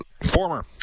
former